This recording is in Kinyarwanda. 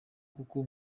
kuko